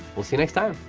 we'll see you next time!